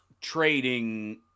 trading